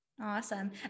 Awesome